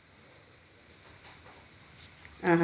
(uh huh)